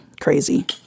crazy